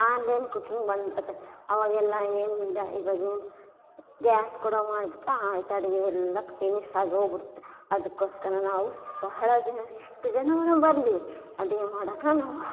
on line cooking ಬಂದುಬಿಟ್ಟತೆ ಆವಾಗೆಲ್ಲ ಏನು ಇದು ಇವಾಗೇನು ಗ್ಯಾಸ್ ಕೂಡ ಮಾಡಿಬಿಟ್ರೆ ಆಯ್ತು ಅಡುಗೆ ಎಲ್ಲ ಫಿನಿಶ್ ಆಗೋಗಿಬಿಡುತ್ತೆ ಅದಕ್ಕೋಸ್ಕರ ನಾವು ಬಹಳ ಜನರು ಇಷ್ಟು ಜನರು ಬರಲಿ ಅಡುಗೆ ಮಾಡೋಕ್ಕೆ ನಾವು